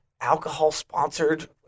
alcohol-sponsored